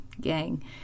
gang